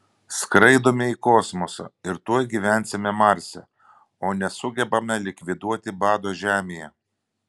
skraidome į kosmosą ir tuoj gyvensime marse o nesugebame likviduoti bado žemėje